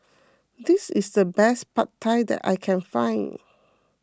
this is the best Pad Thai that I can find